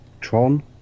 Tron